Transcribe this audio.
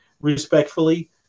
respectfully